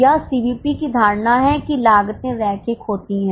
यह सीवीपी की धारणा है कि लागते रैखिक होती हैं